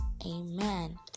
Amen